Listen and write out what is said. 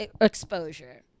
exposure